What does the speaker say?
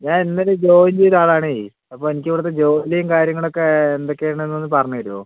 ഞാൻ ഇന്നലെ ജോയിൻ ചെയ്ത ആളാണേ അപ്പം എനിക്ക് ഇവിടുത്തെ ജോലിയും കാര്യങ്ങളൊക്കെ എന്തൊക്കെയാണെന്ന് ഒന്ന് പറഞ്ഞ് തരുമോ